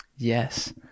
Yes